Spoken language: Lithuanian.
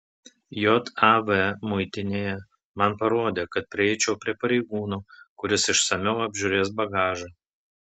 jav muitinėje man parodė kad prieičiau prie pareigūno kuris išsamiau apžiūrės bagažą